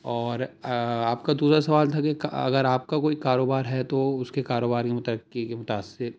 اور آپ کا دوسرا سوال تھا کہ اگر آپ کا کوئی کاروبار ہے تو اس کے کاروباریوں ترقی کے مثأثر